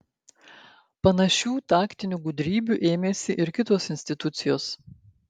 panašių taktinių gudrybių ėmėsi ir kitos institucijos